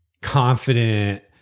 confident